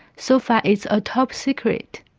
so far it's ah top-secret.